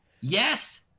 yes